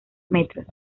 metros